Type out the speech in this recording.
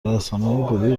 رسانههای